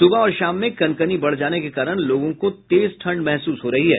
सुबह और शाम में कनकनी बढ़ जाने के कारण लोगों को तेज ठंड महसूस हो रही है